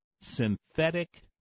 synthetic